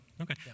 Okay